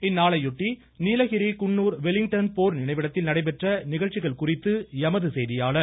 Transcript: இந்நாளையொட்டி நீலகிரி குன்னூர் வெலிங்டன் போர் நினைவிடத்தில் நடைபெற்ற நிகழ்ச்சிகள் குறித்து எமது செய்தியாளர்